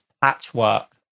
patchwork